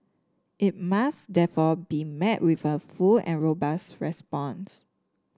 it must therefore be met with a full and robust response